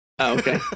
okay